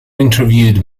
interviewed